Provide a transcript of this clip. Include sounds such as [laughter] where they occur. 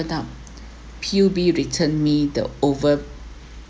up [breath] P_U_B return me the over